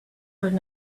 heard